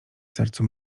sercu